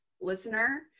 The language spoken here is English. listener